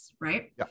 right